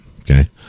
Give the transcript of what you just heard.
okay